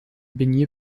baignée